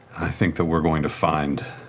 i think that we're going to find